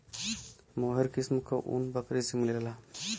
मोहेर किस्म क ऊन बकरी से मिलला